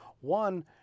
One